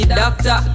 doctor